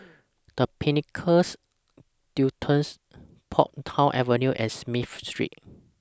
The Pinnacles Duxton Portsdown Avenue and Smith Street